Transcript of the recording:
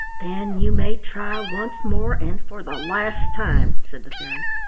then you may try once more and for the last time, said the fairy,